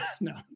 No